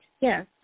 Yes